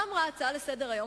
מה אמרה ההצעה לסדר-היום?